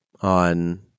on